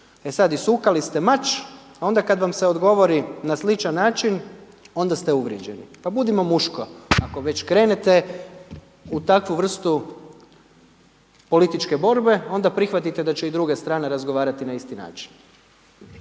E sad, isukali ste mač, onda kad vam se odgovori na sličan način onda ste uvrijeđeni. Pa budimo muško, ako već krenete u takvu vrstu političke borbe onda prihvatite da će i druga strana razgovarati na isti način.